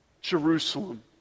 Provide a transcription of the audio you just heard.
Jerusalem